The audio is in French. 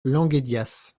languédias